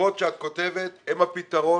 התשובות שאת כותבת, הם הפתרון